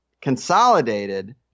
consolidated